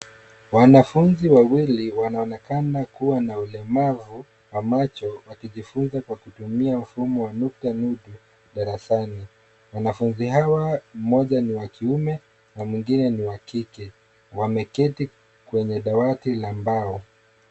Wanafunzi wawili wanaonekana kuwa na ulemavu wa macho wakijifunza kwa kutumia mfumo wa nukta nudu darasani. Wanafunzi hawa moja ni wa kiume na mwingine ni wa kike. Wameketi kwenye dawati la mbao.